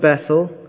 Bethel